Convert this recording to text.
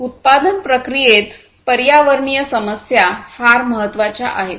उत्पादन प्रक्रियेत पर्यावरणीय समस्या फार महत्वाच्या आहेत